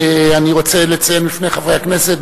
אני רוצה לציין בפני חברי הכנסת,